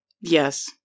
Yes